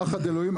פחד אלוהים.